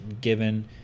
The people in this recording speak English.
given